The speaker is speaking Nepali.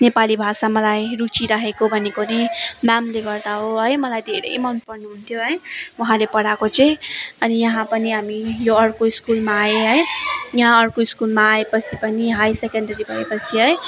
नेपाली भाषा मलाई रुचि राखेको भनेको नै म्यामले गर्दा हो है मलाई धेरै मन पर्नु हुन्थ्यो है उहाँले पढाएको चाहिँ अनि यहाँ पनि हामी यो अर्को स्कुलमा आएँ है यहाँ अर्को स्कुलमा आएपछि पनि हाई सेकेन्डरी भएपछि है